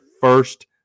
first